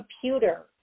computer